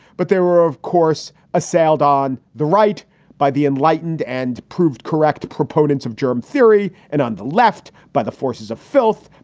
but there were, of course, assailed on the right by the enlightened and proved correct proponents of germ theory and on the left by the forces of filth.